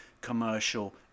commercial